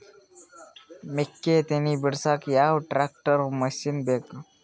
ಮೆಕ್ಕಿ ತನಿ ಬಿಡಸಕ್ ಯಾವ ಟ್ರ್ಯಾಕ್ಟರ್ ಮಶಿನ ಬೇಕು?